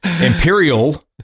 Imperial